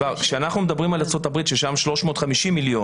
כשאנחנו מדברים על ארצות הברית ששם 350 מיליון,